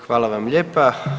Hvala vam lijepa.